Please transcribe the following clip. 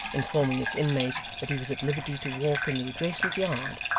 informing its inmate that he was at liberty to walk in the adjacent yard,